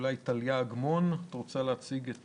אולי טליה אגמון תציג לנו את